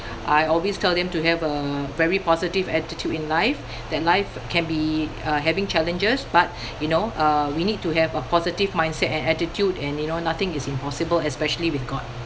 I always tell them to have a very positive attitude in life that life can be uh having challenges but you know uh we need to have a positive mindset and attitude and you know nothing is impossible especially with god